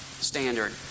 standard